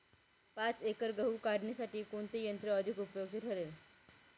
पाच एकर गहू काढणीसाठी कोणते यंत्र अधिक उपयुक्त ठरेल?